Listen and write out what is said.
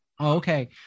Okay